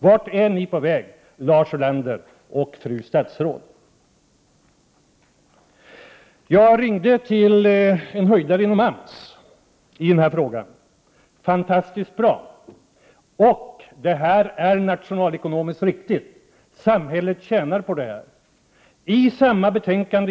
Vart är ni på väg, Lars Ulander och fru statsråd? Jag ringde till en höjdare inom AMS i denna fråga. Han tyckte vårt förslag var fantastiskt bra. Det här är nationalekonomiskt riktigt; samhället tjänar på det.